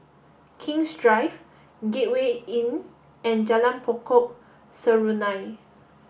King's Drive Gateway Inn and Jalan Pokok Serunai